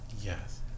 yes